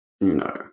No